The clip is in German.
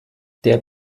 der